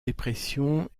dépression